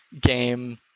game